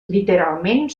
literalment